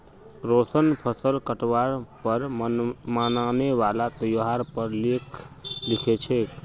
रोशन फसल काटवार पर मनाने वाला त्योहार पर लेख लिखे छे